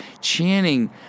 Channing